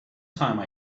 time